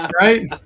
Right